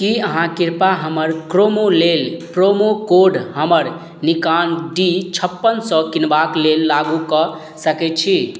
की अहाँ कृपया हमर क्रोमो लेल प्रोमो कोड हमर निकॉन डी छप्पन सओ किनबाक लेल लागू कऽ सकय छी